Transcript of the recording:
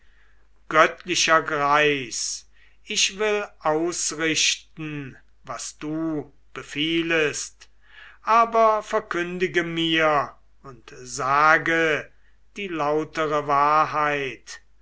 göttlicher greis ich will ausrichten was du befiehlest aber verkündige mir und sage die lautere wahrheit